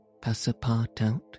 Passapartout